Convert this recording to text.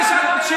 אני בז לך.